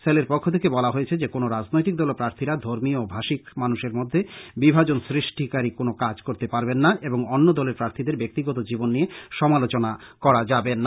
সেলের পক্ষ থেকে বলা হয়েছে যে কোন রাজনৈতিক দল ও প্রাথীরা ধর্মীয় ও ভাষিক মানুষের মধ্যে বিভাজন সৃষ্টিকারী কোন কাজ করতে পারবেন না এবং অন্য দলের প্রার্থীদের ব্যাক্তিগত জীবন নিয়ে সমালোচনা করা যাবে না